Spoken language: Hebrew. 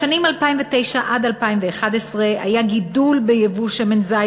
בשנים 2009 2011 היה גידול ביבוא שמן זית.